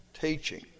teaching